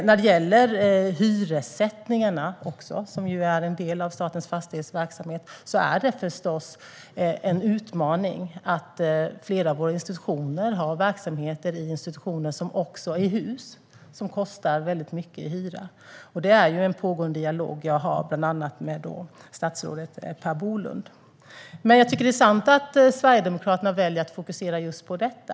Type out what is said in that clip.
När det gäller hyressättningarna, som är en del av Statens fastighetsverks verksamhet, är det förstås en utmaning att flera av våra institutioner har verksamheter i hus som kostar väldigt mycket i hyra. Det är en pågående dialog jag har bland annat med statsrådet Per Bolund. Det är intressant att Sverigedemokraterna väljer att fokusera just på detta.